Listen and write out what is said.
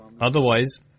Otherwise